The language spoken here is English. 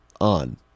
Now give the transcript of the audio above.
On